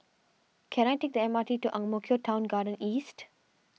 can I take the M R T to Ang Mo Kio Town Garden East